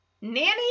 Nanny